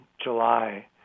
July